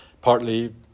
Partly